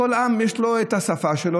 לכל עם יש את השפה שלו,